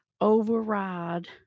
override